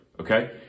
Okay